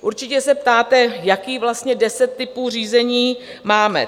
Určitě se ptáte, jakých vlastně deset typů řízení máme.